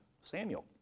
Samuel